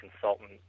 consultant